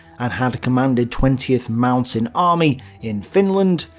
and had commanded twentieth mountain army in finland,